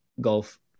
golf